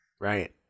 Right